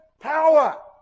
power